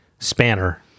spanner